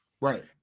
Right